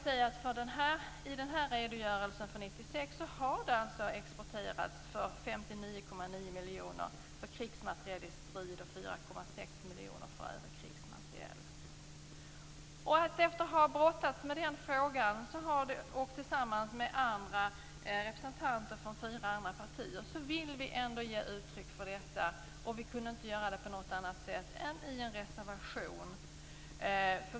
Enligt redogörelsen för 1996 har alltså krigsmateriel för strid exporterats för 59,9 miljoner och övrig krigsmateriel för 4,6 Efter att ha brottats med frågan tillsammans med representanter för fyra andra partier vill vi ändå ge uttryck för vår uppfattning. Vi kunde inte göra det på annat sätt än i en reservation.